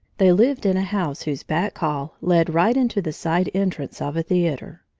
they lived in a house whose back hall led right into the side entrance of a theater.